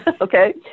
Okay